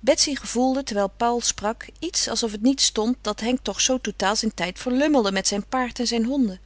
betsy gevoelde terwijl paul sprak iets alsof het niet stond dat henk toch zoo totaal zijn tijd verlummelde met zijn paard en zijn honden